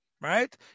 right